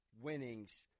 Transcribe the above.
winnings